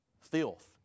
filth